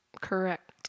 Correct